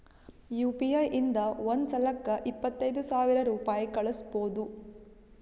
you P I ಇಂದ ಒಂದ್ ಸಲಕ್ಕ ಇಪ್ಪತ್ತೈದು ಸಾವಿರ ರುಪಾಯಿ ಕಳುಸ್ಬೋದು